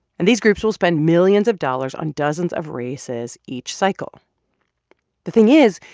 and these groups will spend millions of dollars on dozens of races each cycle the thing is,